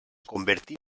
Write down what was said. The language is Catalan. convertí